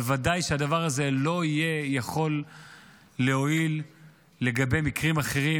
אבל ודאי שהדבר הזה לא יוכל להועיל לגבי מקרים אחרים